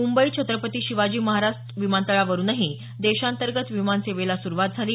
मुंबई छत्रपती शिवाजी महाराज विमानतळावरूनही देशांतर्गत विमानसेवा सुरु झाली